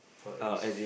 what risks